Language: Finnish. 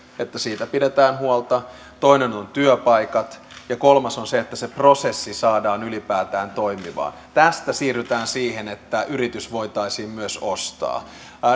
että siitä pidetään huolta toinen on työpaikat ja kolmas on se että se prosessi saadaan ylipäätään toimimaan tästä siirrytään siihen että yritys voitaisiin myös ostaa